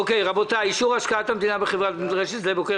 אישור השקעת המדינה בחברת מדרשת שדה בוקר